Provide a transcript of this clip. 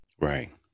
Right